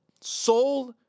Soul